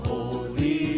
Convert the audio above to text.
Holy